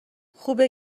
خوبه